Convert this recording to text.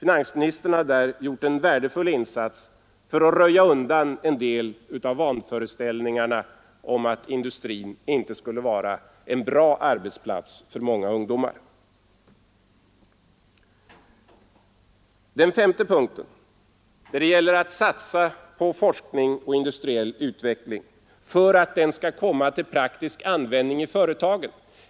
Finansministern har där gjort en värdefull insats för att röja undan en del av vanföreställningarna om att industrin inte skulle vara en bra arbetsplats för många ungdomar. S. Särskilt viktigt är att satsa på forskning och industriell utveckling. Forskningsresultaten måste komma till praktisk användning i företagen.